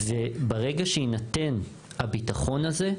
וברגע שיינתן הביטחון הזה,